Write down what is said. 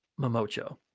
Momocho